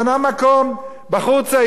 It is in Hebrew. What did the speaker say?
בחור צעיר מתקבל